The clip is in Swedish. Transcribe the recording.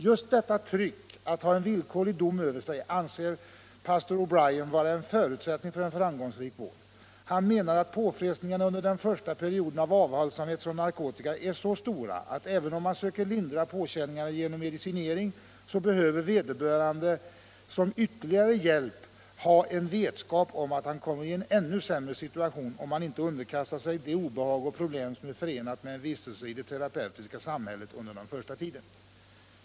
Just detta tryck — att ha en villkorlig dom över sig — anser pastor O' Brian vara en förutsättning för en framgångsrik vård. Han menar att påfrestningarna under den första perioden av avhållsamhet från narkotika är så stora att även om man söker lindra känningarna genom medicinering, behöver vederbörande som ytterligare hjälp ha vetskap om att han kommer i en ännu sämre situation om han inte underkastar sig det obehag och de problem som är förenade med den första tidens vistelse i det terapeutiska samhället.